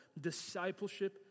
Discipleship